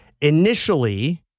Initially